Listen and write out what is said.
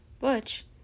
Butch